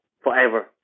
forever